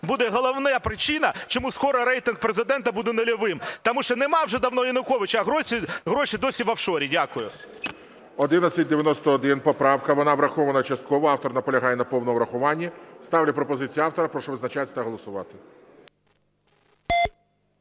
буде головна причина, чому скоро рейтинг Президента буде нульовим. Тому що нема вже давно Януковича, а гроші досі в офшорі. Дякую. ГОЛОВУЮЧИЙ. 1191 поправка, вона врахована частково, автор наполягає на повному врахуванні. Ставлю пропозицію автора. Прошу визначатися та голосувати.